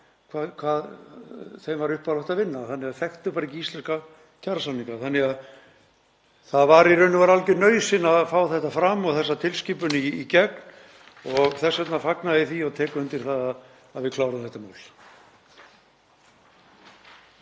hvað þeim var uppálagt að vinna, þekktu bara ekki íslenska kjarasamninga. Það var í raun og veru algjör nauðsyn á að fá þetta fram og þessa tilskipun í gegn. Þess vegna fagna ég því og tek undir það að við klárum þetta mál.